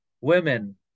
Women